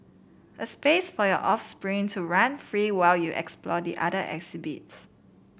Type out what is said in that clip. a space for your offspring to run free while you explore the other exhibits